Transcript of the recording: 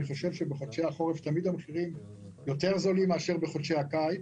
בחודשי החורף תמיד המחירים זולים יותר מאשר בחודשי הקיץ.